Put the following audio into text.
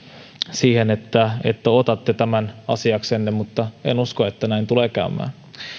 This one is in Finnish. sitä että otatte tämän asiaksenne vaikka en usko että näin tulee käymään